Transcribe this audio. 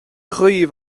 dhaoibh